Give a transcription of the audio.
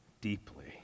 deeply